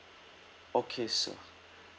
okay sir